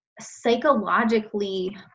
psychologically